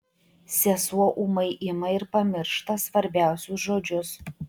sesuo ūmai ima ir pamiršta svarbiausius žodžius